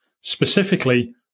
specifically